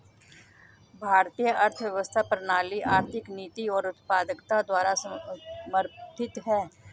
भारतीय अर्थव्यवस्था प्रणाली आर्थिक नीति और उत्पादकता द्वारा समर्थित हैं